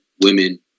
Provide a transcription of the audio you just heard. women